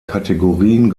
kategorien